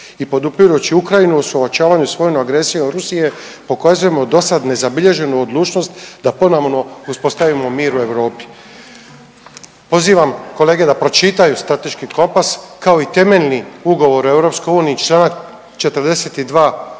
i podupirući Ukrajinu u suočavanju s vojnom agresijom Rusije pokazujemo dosad nezabilježenu odlučnost da ponovno uspostavimo mir u Europi. Pozivam kolege da pročitaju strateški kompas, kao i temeljni ugovor o EU, čl. 42. koji